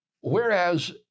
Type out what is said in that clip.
whereas